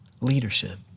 leadership